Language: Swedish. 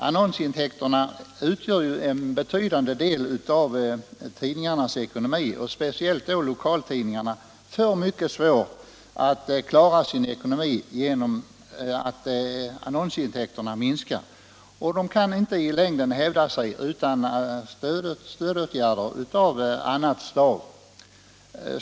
Annonsintäkterna utgör ju en betydande del av tidningarnas ekonomi, och speciellt lokaltidningarna får mycket svårt att klara ekonomin när annonsintäkterna minskar. De kan inte i längden hävda sig utan stödåtgärder av annat slag.